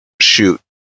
shoot